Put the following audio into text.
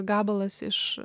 gabalas iš